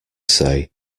say